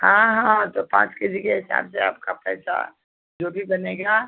हाँ हाँ तो पाँच के जी के हिसाब से आपका पैसा जो भी बनेगा